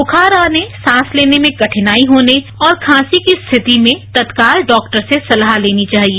ब्खार आने सांस लेने में कठिनाई होने और खांसी की स्थिति में तत्काल डॉक्टर से सलाह लेनी चाहिए